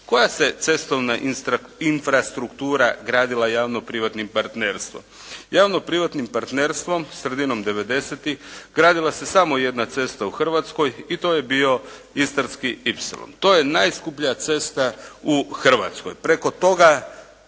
Koja se cestovna infrastruktura gradila javno privatnim partnerstvom? Javno privatnim partnerstvom sredinom '90.-ih gradila se samo jedna cesta u Hrvatskoj i to je bio istarski y. To je najskuplja cesta u Hrvatskoj. Preko toga